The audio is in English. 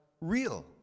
real